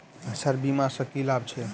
Sir बीमा सँ की लाभ छैय?